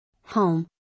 Home